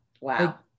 wow